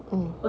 um